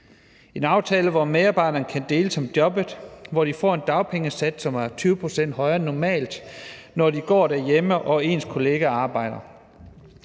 en aftale, hvor medarbejderne kan deles om jobbet; hvor de får en dagpengesats, som er 20 pct. højere end normalt, når de går derhjemme og deres kollegaer arbejder;